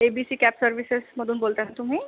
ए B C cab सर्व्हिसेसमधून बोलत आहात तुम्ही